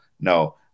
No